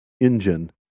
engine